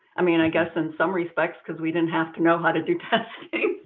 i mean, i guess in some respects, cause we didn't have to know how to do testing.